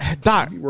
Doc